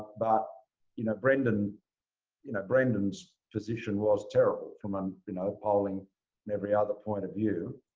but you know brendan you know, brendan's position was terrible from um you know polling every other point of view.